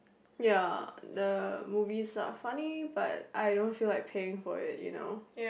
ya the movies are funny but I don't feel like paying for it you know